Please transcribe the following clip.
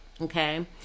Okay